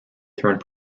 turned